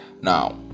Now